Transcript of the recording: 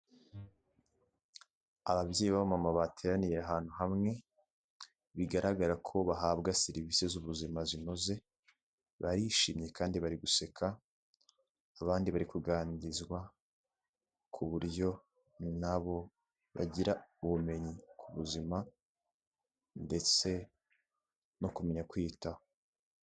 Ababyeyi b'abamama bateraniye ahantu hamwe bigaragara ko bahabwa serivisi z'ubuzima zinoze, barishimye kandi bari guseka abandi bari kuganirizwa ku buryo nabo bagira ubumenyi ku buzima ndetse no kumenya kwiyitaho.